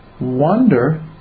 wonder